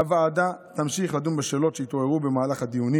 הוועדה תמשיך לדון בשאלות שהתעוררו במהלך הדיונים